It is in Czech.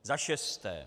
Za šesté.